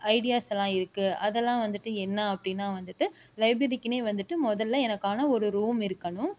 ஐடியாஸ்லாம் இருக்குது அதலாம் வந்துகிட்டு என்ன அப்படின்னா வந்துகிட்டு லைப்ரரிக்குனே வந்துகிட்டு முதல்ல எனக்கான ஒரு ரூம் இருக்கணும்